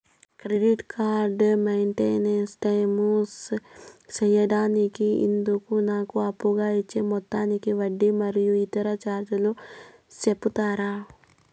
Credit card maintain time సేయడానికి ఇందుకు నాకు అప్పుగా ఇచ్చే మొత్తానికి వడ్డీ మరియు ఇతర చార్జీలు సెప్తారా?